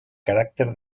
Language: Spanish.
carácter